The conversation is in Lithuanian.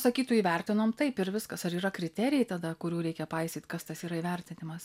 sakytų įvertinom taip ir viskas ar yra kriterijai tada kurių reikia paisyt kas tas yra įvertinimas